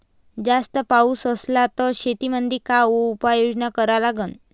जास्त पाऊस असला त शेतीमंदी काय उपाययोजना करा लागन?